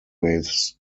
his